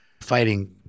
fighting